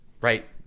right